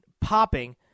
popping